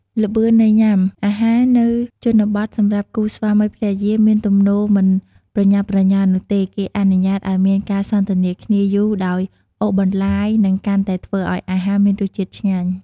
ល្បឿននៃញាំអាហារនៅជនបទសម្រាប់គូស្វាមីភរិយាមានទំនោរមិនប្រញាប់ប្រញាលនោះទេ គេអនុញ្ញាតឱ្យមានការសន្ទនាគ្នាយូរ ដោយអូសបន្លាយ និងកាន់តែធ្វើឲ្យអាហារមានរសជាតិឆ្ងាញ់។